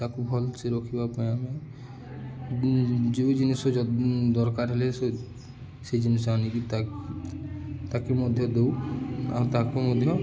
ତାକୁ ଭଲ୍ ସେ ରଖିବା ପାଇଁ ଆମେ ଯେଉଁ ଜିନିଷ ଦରକାର ହେଲେ ସେ ସେ ଜିନିଷ ଆଣିକି ତା ତାକେ ମଧ୍ୟ ଦେଉ ଆଉ ତାକୁ ମଧ୍ୟ